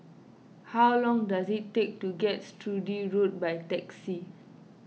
how long does it take to get to Sturdee Road by taxi